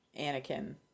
Anakin